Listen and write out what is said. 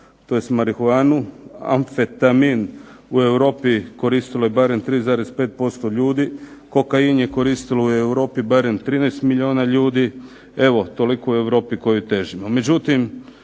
tj. marihuanu, anfetamin u Europi koristilo je barem 3,5% ljudi, kokain je koristilo u Europi barem 13 milijuna ljudi." Evo toliko o Europi kojoj težimo!